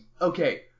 okay